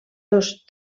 dos